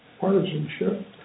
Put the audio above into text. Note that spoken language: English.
Partisanship